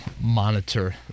monitor